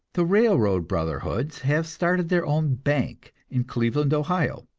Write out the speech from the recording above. the railroad brotherhoods have started their own bank, in cleveland, ohio,